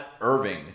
Irving